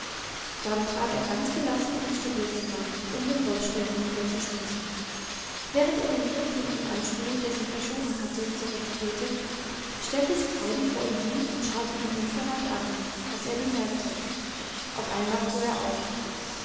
dann trat er ganz gelassen ins studierzimmer um den rollstuhl hinüberzustoßen während er den griff hinten am stuhl der sich verschoben hatte zurechtdrehte stellte sich heidi vor ihn hin und schaute ihn unverwandt an was er bemerkte auf einmal fuhr er auf